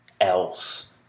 else